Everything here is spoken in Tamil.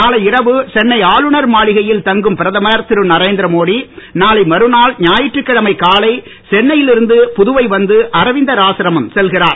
நாளை இரவு சென்னை ஆளுனர் மாளிகையில் தங்கும் பிரதமர் திருநரேந்திர மோடி நாளை மறுநாள் ஞாயிற்றுக் கிழமை காலை சென்னையில் இருந்து புதுவை வந்து அரவிந்தர் ஆசிரமம் செல்கிறார்